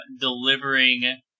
delivering